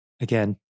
again